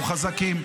אנחנו חזקים.